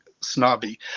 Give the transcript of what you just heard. snobby